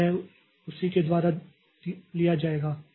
तो यह उसी के द्वारा लिया जाएगा